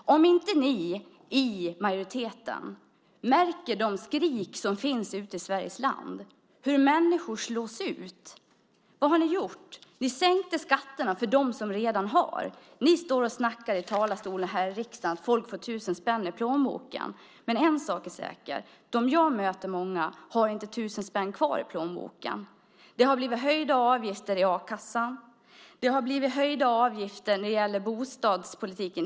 Märker inte ni i majoriteten de skrik som finns ute i Sveriges land över hur människor slås ut? Vad har ni gjort? Ni sänkte skatterna för dem som redan har. Ni säger i talarstolen här i riksdagen att folk får tusen spänn i plånboken. En sak är säker: Många av dem jag möter har inte tusen spänn kvar i plånboken. Det har blivit höjda avgifter i a-kassan. Det har blivit höjda avgifter när det gäller bostadspolitiken.